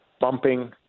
bumping